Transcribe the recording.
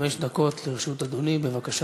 חמש דקות לרשות אדוני, בבקשה.